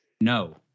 No